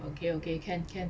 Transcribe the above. okay okay can can